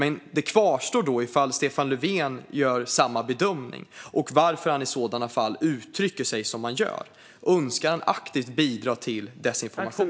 Men då kvarstår frågan ifall Stefan Löfven gör samma bedömning och varför han i så fall uttrycker sig som han gör. Önskar han aktivt bidra till desinformation?